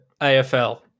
AFL